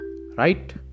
right